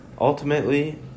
Ultimately